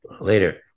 later